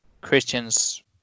Christians